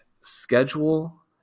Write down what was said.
schedule